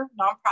nonprofit